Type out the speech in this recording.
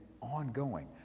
ongoing